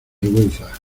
vergüenza